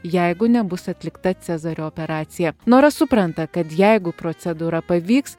jeigu nebus atlikta cezario operacija nora supranta kad jeigu procedūra pavyks